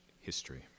history